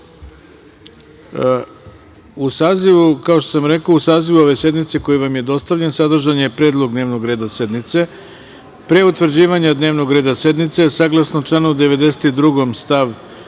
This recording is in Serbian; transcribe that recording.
poslanik Ana Karadžić.U sazivu ove sednice koji vam je dostavljen, sadržan je Predlog dnevnog reda sednice. Pre utvrđivanja dnevnog reda sednice, saglasno članu 92. stav